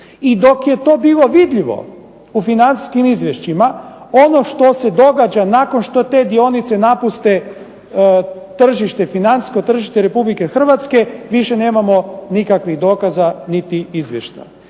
I dok je to bilo vidljivo u financijskim izvješćima, ono što se događa nakon što te dionice napuste tržište, financijsko tržište Republike Hrvatske više nemamo nikakvih dokaza niti izvještaja.